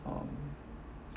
um